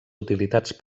utilitats